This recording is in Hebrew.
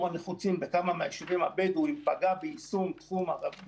הנחוצים בכמה מן היישובים הבדואיים פגע ביישום פעולות